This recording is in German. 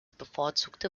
bevorzugte